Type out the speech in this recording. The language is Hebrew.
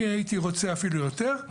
אני הייתי רוצה אפילו יותר,